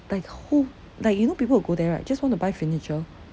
like who like you know people who go there right just want to buy furniture